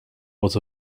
was